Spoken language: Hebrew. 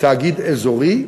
תאגיד אזורי.